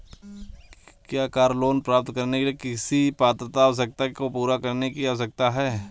क्या car loan प्राप्त करने के लिए किसी पात्रता आवश्यकता को पूरा करने की आवश्यकता है?